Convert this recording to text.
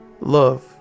love